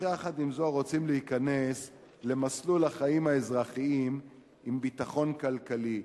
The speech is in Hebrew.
אך יחד עם זאת רוצים להיכנס למסלול החיים האזרחיים עם ביטחון כלכלי,